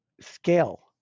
scale